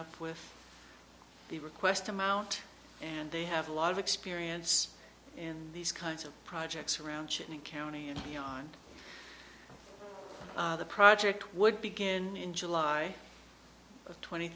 up with the request amount and they have a lot of experience in these kinds of projects around chinning county and beyond the project would begin in july twenty